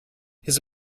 his